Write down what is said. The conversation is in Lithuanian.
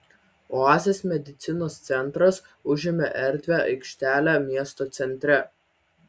oazės medicinos centras užėmė erdvią aikštelę miesto centre